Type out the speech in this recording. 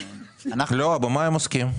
במה הם עוסקים?